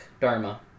Dharma